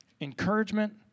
encouragement